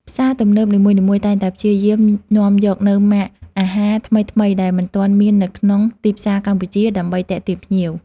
ផ្សារទំនើបនីមួយៗតែងតែព្យាយាមនាំយកនូវម៉ាកអាហារថ្មីៗដែលមិនទាន់មាននៅក្នុងទីផ្សារកម្ពុជាដើម្បីទាក់ទាញភ្ញៀវ។